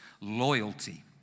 loyalty